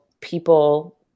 people